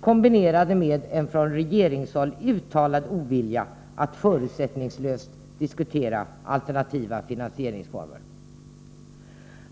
kombinerat med en från regeringshåll uttalad ovilja att förutsättningslöst diskutera alternativa finansieringsformer.